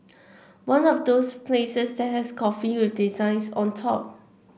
one of those places that has coffee with designs on top